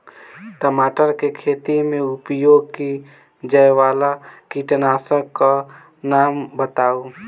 टमाटर केँ खेती मे उपयोग की जायवला कीटनासक कऽ नाम बताऊ?